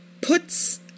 puts